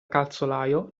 calzolaio